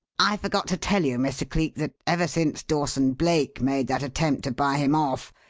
i forgot to tell you, mr. cleek, that ever since dawson-blake made that attempt to buy him off,